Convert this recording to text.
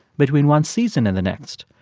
between one season and the next.